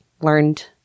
learned